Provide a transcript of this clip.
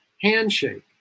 handshake